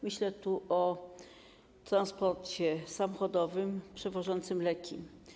Myślę o transporcie samochodowym przewożącym leki.